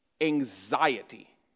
anxiety